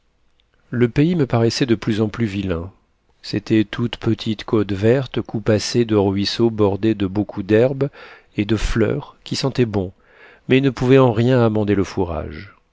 le pays me paraissait de plus en plus vilain c'était toutes petites côtes vertes coupassées de ruisseaux bordés de beaucoup d'herbes et de fleurs qui sentaient bon mais ne pouvaient en rien amender le fourrage